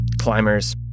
climbers